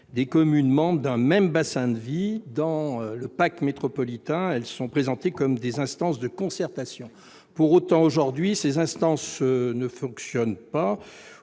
des communes membres d'un même bassin de vie. Dans le pacte métropolitain, elles sont présentées comme des instances de concertation. Pour autant, aujourd'hui, elles ne fonctionnent pas,